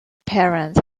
parents